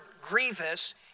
grievous